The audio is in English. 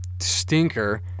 stinker